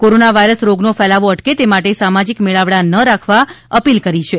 corona virus રોગનો ફેલાવો અટકે તે માટે સામાજિક મેળવળા ન રાખવા અપીલ કરી છે